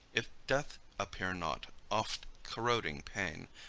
if death appear not, oft corroding pain,